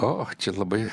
o čia labai